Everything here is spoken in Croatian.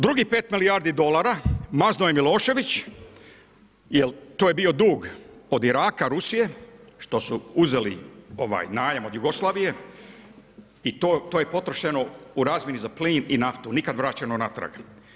Drugih 5 milijardi dolara, maznuo je Milošević, jer to je bio dug od Iraka, Rusije, što su uzeli najam od Jugoslavije i to je potrošeno u razmjeni za plin i naftu, nikad vraćeno natrag.